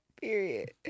Period